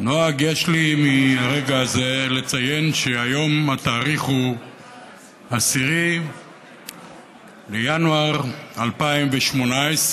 נוהג יש לי מהרגע הזה לציין שהיום התאריך הוא 10 בינואר 2018,